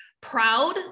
proud